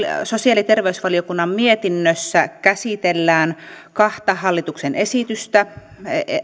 sosiaali ja terveysvaliokunnan mietinnössä käsitellään kahta hallituksen esitystä